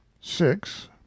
six